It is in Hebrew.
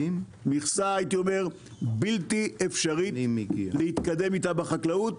הייתי אומר מכסה בלתי אפשרית להתקדם איתה בחקלאות,